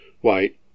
white